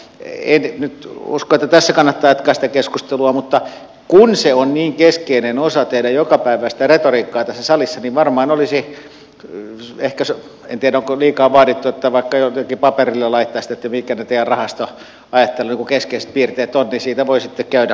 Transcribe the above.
en nyt usko että tässä kannattaa jatkaa sitä keskustelua mutta kun se on niin keskeinen osa teidän jokapäiväistä retoriikkaanne tässä salissa niin varmaan olisi hyvä en tiedä onko liikaa vaadittu että vaikka jotenkin paperille laittaisitte mitkä ne teidän rahastoajattelunne keskeiset piirteet ovat niin siitä voi sitten käydä jäsentyneempää keskustelua